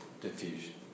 diffusion